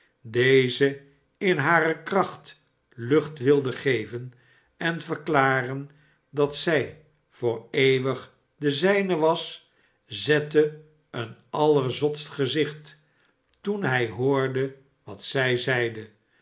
deze in hare kracht lucht wilde geven en verklaren dat zij voor eeuwig de zijne was zette een allerzotst gezicht toen de heer tappertit openbaart zijne liefde hij hoorde wat zij zeide